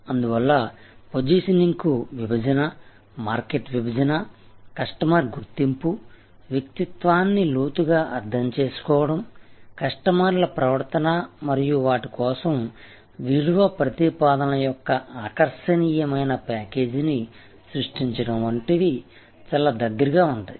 అందువల్ల పొజిషనింగ్ కు విభజన మార్కెట్ విభజన కస్టమర్ గుర్తింపు వ్యక్తిత్వాన్ని లోతుగా అర్థం చేసుకోవడం కస్టమర్ల ప్రవర్తన మరియు వాటి కోసం విలువ ప్రతిపాదనల యొక్క ఆకర్షణీయమైన ప్యాకేజీని సృష్టించడం వంటివి చాలా దగ్గరగా ఉంటాయి